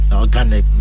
organic